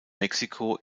mexiko